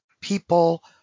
people